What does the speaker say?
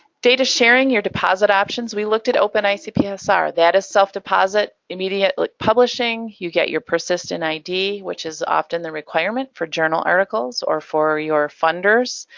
data sharing your deposit options. we looked at openicpsr, that is self-deposit immediate like publishing, you get your persistent id which is often the requirement for journal articles or for your funders.